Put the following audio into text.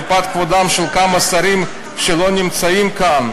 מפאת כבודם של כמה שרים שלא נמצאים כאן,